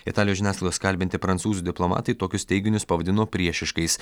italijos žiniasklaidos kalbinti prancūzų diplomatai tokius teiginius pavadino priešiškais